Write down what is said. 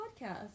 podcast